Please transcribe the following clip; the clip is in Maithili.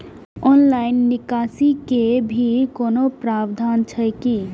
ऑनलाइन निकासी के भी कोनो प्रावधान छै की?